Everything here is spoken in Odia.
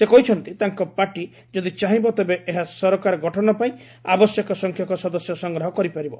ସେ କହିଛନ୍ତି ତାଙ୍କ ପାର୍ଟି ଯଦି ଚାହିଁବ ତେବେ ଏହା ସରକାର ଗଠନ ପାଇଁ ଆବଶ୍ୟକ ସଂଖ୍ୟକ ସଦସ୍ୟ ସଂଗ୍ରହ କରିପାରିବ